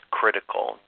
critical